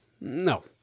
no